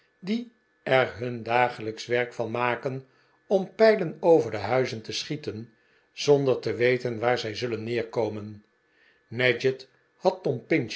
die er hun dagelijksch werk van maken om pijlen over de huizen te schieten zonder te weten waar zij zullen neerkomen nadgett had tom pinch